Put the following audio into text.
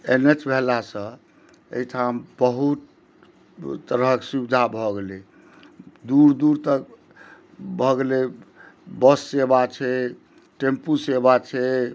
N H भेलासँ एहिठाम बहुत तरहक सुविधा भऽ गेलै दूर दूर तक भऽ गेलै बस सेवा छै टेम्पू सेवा छै